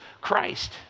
Christ